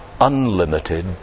unlimited